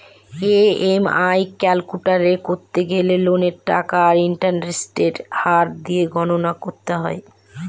EMI calculate করতে গেলে লোনের টাকা আর ইন্টারেস্টের হার দিয়ে গণনা করতে হয়